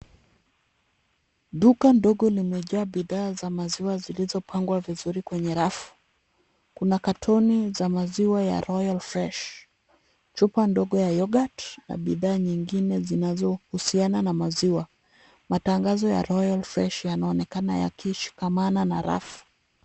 Duka ndogo limejaa bidhaa za maziwa zilizopangwa vizuri kwenye rafu. Kuna katoni za maziwa ya royal fresh , chupa ndogo ya yoghurt na bidhaa nyingine zinazohusiana na maziwa. Matangazo ya royal fresh yanaonekana yakishikamana na rafu.